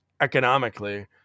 economically